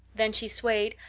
then she swayed,